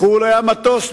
לחו"ל היה מטוס,